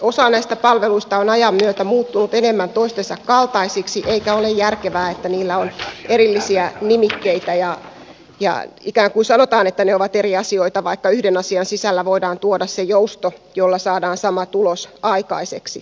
osa näistä palveluista on ajan myötä muuttunut enemmän toistensa kaltaisiksi eikä ole järkevää että niillä on erillisiä nimikkeitä ja ikään kuin sanotaan että ne ovat eri asioita vaikka yhden asian sisällä voidaan tuoda se jousto jolla saadaan sama tulos aikaiseksi